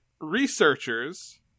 researchers